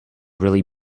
really